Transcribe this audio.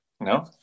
No